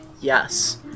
Yes